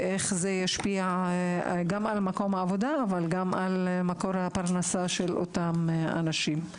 ואיך זה ישפיע גם על מקום העבודה אבל גם על מקור הפרנסה של אותם אנשים.